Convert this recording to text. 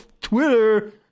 Twitter